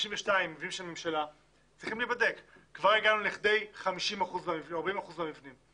כבר הגענו לכ-40% מהמבנים.